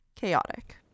chaotic